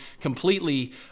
completely